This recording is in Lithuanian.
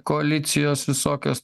koalicijos visokios